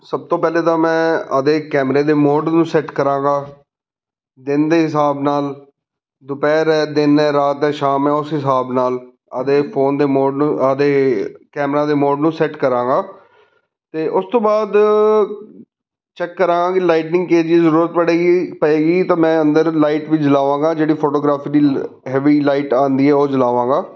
ਸਭ ਤੋਂ ਪਹਿਲੇ ਤਾਂ ਮੈਂ ਆਪਦੇ ਕੈਮਰੇ ਦੇ ਮੋਡ ਨੂੰ ਸੈਟ ਕਰਾਂਗਾ ਦਿਨ ਦੇ ਹਿਸਾਬ ਨਾਲ ਦੁਪਹਿਰ ਹੈ ਦਿਨ ਹੈ ਰਾਤ ਹੈ ਸ਼ਾਮ ਹੈ ਉਸ ਹਿਸਾਬ ਨਾਲ ਆਪਦੇ ਫੋਨ ਦੇ ਮੋਡ ਨੂੰ ਆਪਦੇ ਕੈਮਰਾ ਦੇ ਮੋਡ ਨੂੰ ਸੈਟ ਕਰਾਂਗਾ ਅਤੇ ਉਸ ਤੋਂ ਬਾਅਦ ਚੈਕ ਕਰਾਂਗੇ ਲਾਈਟਿੰਗ ਕੀ ਆ ਜੇ ਜ਼ਰੂਰਤ ਪੜੇਗੀ ਪਏਗੀ ਤਾਂ ਮੈਂ ਅੰਦਰ ਲਾਈਟ ਵੀ ਜਲਾਵਾਂਗਾ ਜਿਹੜੀ ਫੋਟੋਗ੍ਰਾਫੀ ਦੀ ਹੈਵੀ ਲਾਈਟ ਆਉਂਦੀ ਹੈ ਉਹ ਜਲਾਵਾਂਗਾ